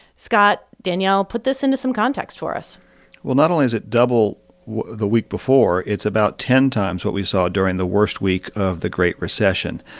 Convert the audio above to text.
scott, danielle put this into some context for us well, not only is it double the week before, it's about ten times what we saw during the worst week of the great recession.